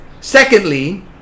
Secondly